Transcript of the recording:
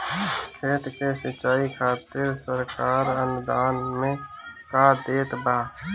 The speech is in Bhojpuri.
खेत के सिचाई खातिर सरकार अनुदान में का देत बा?